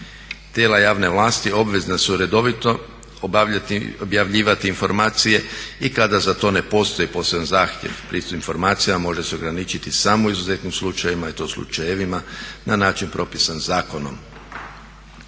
Tijela javne vlasti obvezna su redovito objavljivati informacije i kada za to ne postoji poseban zahtjev. Pristup informacijama može se ograničiti samo u izuzetnim slučajevima i to slučajevima na način propisan zakonom.